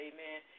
Amen